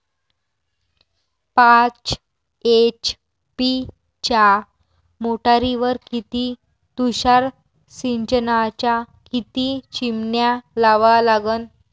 पाच एच.पी च्या मोटारीवर किती तुषार सिंचनाच्या किती चिमन्या लावा लागन?